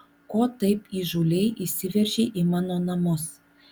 ko taip įžūliai įsiveržei į mano namus